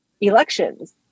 elections